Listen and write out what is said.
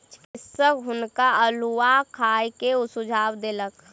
चिकित्सक हुनका अउलुआ खाय के सुझाव देलक